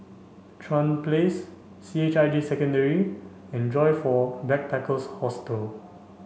Chuan Place C H I J Secondary and Joyfor Backpackers Hostel